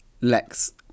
Lex